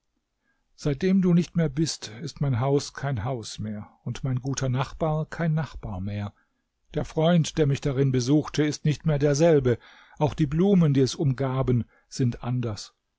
seitdem du nicht mehr bist ist mein haus kein haus mehr und mein guter nachbar kein nachbar mehr der freund der mich darin besuchte ist nicht mehr derselbe auch die blumen die es umgaben sind anders